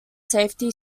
safety